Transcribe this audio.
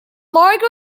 margaret